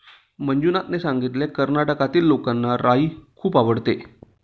मंजुनाथने सांगितले, कर्नाटकातील लोकांना राई खूप आवडते